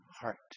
heart